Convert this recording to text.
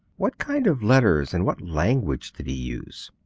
what kind of letters and what language did he use?